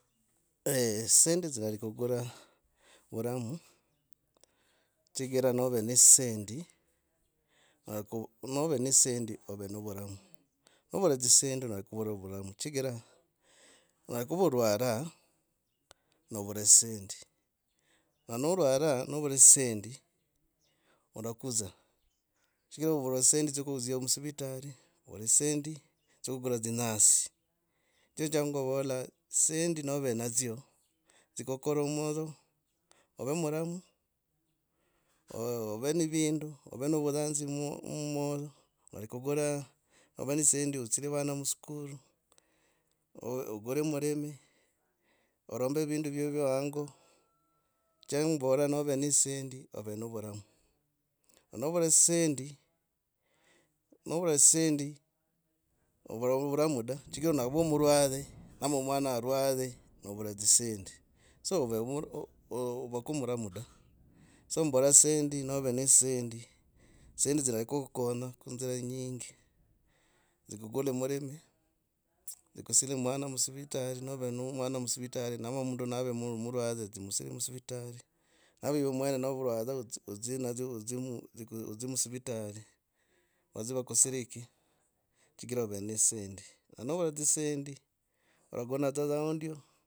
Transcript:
dzisendi dzirari kukura vuramu chigira nove ne dzisendi agui nove ne dzisendi orakura vuramu chigira wakuva orwara novura dzisendi. na norwara novura dzisendi orakuza chigira ovura dzisendi dzya kudzia musivitari. ovura dzisendi dzya kugura dzinyasi cho changa ovolaa dzisendi. nove nadzyo. dzikukora omundu ov muramu. ov ni vindu. ov novuranzi mu mumwoyo olikugura. ov ne dzisendi odzine vana muskulu. oo. okure mulimi. orombo vindo vyovyo hango. chemboraa ov ne dzisendi ov novuramu. Novura dzisendi. novura dzisendi ovura vuramu da chigira onave murware. ama mwano aware novora dzisendi so ove mundu. Ovako muramu da. sa mbora dzisendi nove ne dzisendi dzisendi azinyera kukonya kuinzira inyingi. dzigugule mulimi. dzikusile mwana musivitali nove no mwana musivitali ama mundu nave murware dzimusile musivitali ama ivi mmwene norwa odzu musivitali vadzie wakusirike chigira ove ne dzisendi na novula dzisendi olagona dza hao ndio.